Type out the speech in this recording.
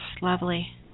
lovely